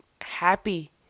happy